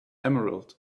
emerald